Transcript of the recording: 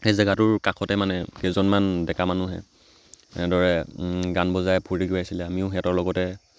সেই জেগাটোৰ কাষতে মানে কেইজনমান ডেকা মানুহে এনেদৰে গান বজাই ফূৰ্তি কৰি আছিলে আমিও সিহঁতৰ লগতে